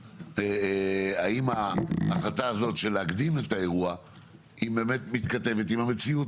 האם ההחלטה הזאת להקדים את האירוע באמת מתכתבת עם המציאות?